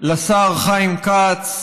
לשר חיים כץ.